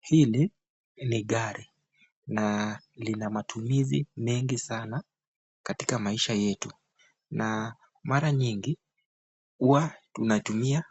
Hili ni gari na lina matumizi mengi sana katika maisha yetu. Na mara nyingi huwa tunatumia